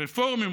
רפורמים,